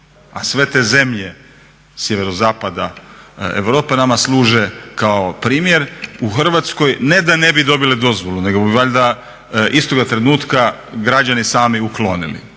a sve te zemlje sjeverozapada Europe nama služe kao primjer u Hrvatskoj ne da ne bi dobile dozvolu nego bi valjda istoga trenutka građani sami uklonili.